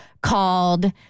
called